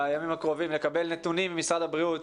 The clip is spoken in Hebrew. בימים הקרובים נקבל נתונים ממשרד הבריאות